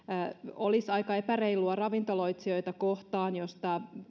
olisi aika epäreilua ravintoloitsijoita kohtaan jos tämä